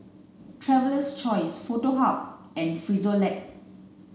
traveler's Choice Foto Hub and Frisolac